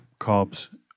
carbs